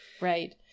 right